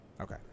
Okay